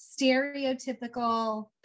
stereotypical